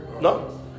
No